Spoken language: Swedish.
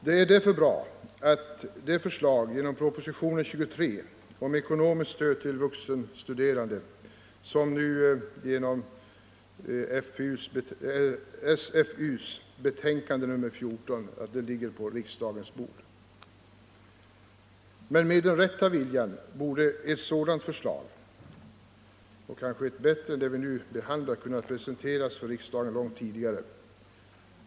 Det är därför bra att det förslag om ekonomiskt stöd till vuxenstuderande, som presenterats i propositionen 23 och socialförsäkringsutskottets betänkande 14, nu ligger på riksdagens bord. Men med den rätta viljan borde ett sådant förslag — och kanske ett bättre än det vi nu behandlar — kunnat presenteras för riksdagen långt tidigare.